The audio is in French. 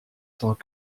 tant